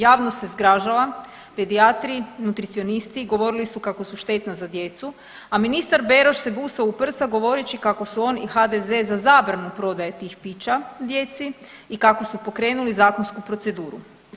Javnost se zgražala, pedijatri, nutricionisti govorili su kako su štetna za djecu, a ministar Beroš se busao u prsa govoreći kako su on i HDZ za zabranu prodaje tih pića djeci i kako su pokrenuli zakonsku proceduru.